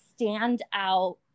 standout